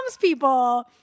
people